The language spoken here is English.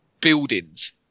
buildings